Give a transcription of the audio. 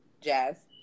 Jazz